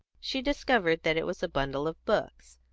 she discovered that it was a bundle of books.